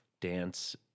dance